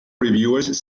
reviewers